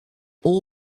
all